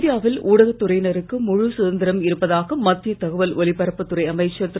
இந்தியாவில் ஊடகத் துறையினருக்கு முழு சுதந்திரம் இருப்பதாக மத்திய தகவல் ஒலிபரப்புத் துறை அமைச்சர் திரு